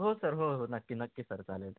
हो सर हो हो नक्की नक्की सर चालेल